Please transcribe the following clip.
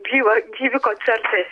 gyvą gyvi koncertai